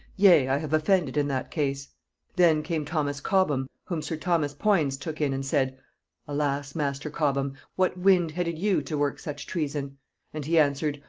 yea, i have offended in that case then came thomas cobham, whom sir thomas poins took in, and said alas, master cobham, what wind headed you to work such treason and he answered,